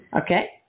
Okay